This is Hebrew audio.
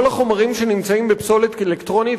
כל החומרים שנמצאים בפסולת אלקטרונית,